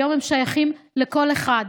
היום הם שייכים לכל אחד.